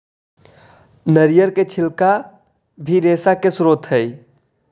नरियर के छिलका भी रेशा के स्रोत हई